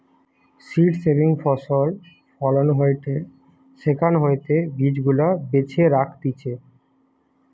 seed saving ফসল ফলন হয়টে সেখান হইতে বীজ গুলা বেছে রাখতিছে